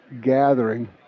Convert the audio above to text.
gathering